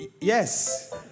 Yes